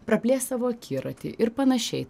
praplės savo akiratį ir panašiai